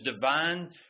divine